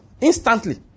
Instantly